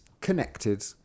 connected